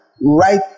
right